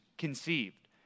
conceived